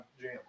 jam